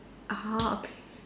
orh okay